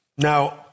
Now